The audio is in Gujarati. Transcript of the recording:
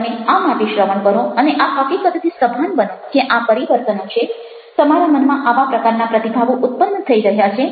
તમે આ માટે શ્રવણ કરો અને એ હકીકતથી સભાન બનો કે આ પરિવર્તનો છે તમારા મનમાં આવા પ્રકારનાં પ્રતિભાવો ઉત્પન્ન થઈ રહ્યા છે